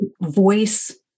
voice